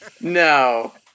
No